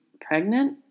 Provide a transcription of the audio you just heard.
pregnant